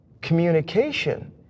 communication